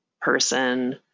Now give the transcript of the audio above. person